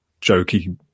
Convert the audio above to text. jokey